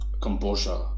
composure